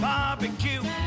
Barbecue